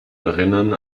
erinnern